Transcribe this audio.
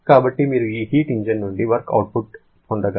కాబట్టి మీరు ఈ హీట్ ఇంజిన్ నుండి వర్క్ అవుట్పుట్ పొందగల గరిష్ట అవుట్పుట్ 0